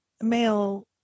male